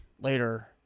later